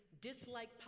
dislike